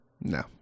No